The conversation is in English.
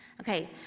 Okay